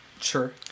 Sure